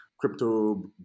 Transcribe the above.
crypto